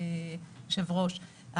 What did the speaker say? היושב-ראש,